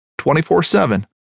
24-7